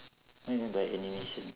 what you mean by animation